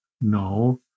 no